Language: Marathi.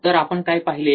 तर आपण काय पाहिले